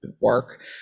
work